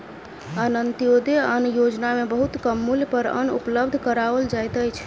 अन्त्योदय अन्न योजना में बहुत कम मूल्य पर अन्न उपलब्ध कराओल जाइत अछि